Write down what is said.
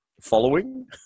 following